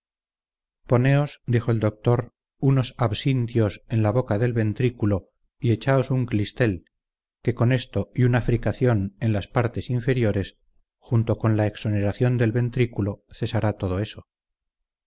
poneos dijo el doctor unos absintios en la boca del ventrículo y echaos un clistel que con esto y una fricación en las partes inferiores junto con la exoneración del ventrículo cesará todo eso